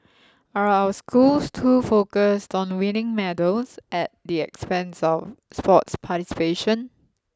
are our schools too focused on winning medals at the expense of sports participation